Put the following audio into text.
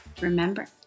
Remember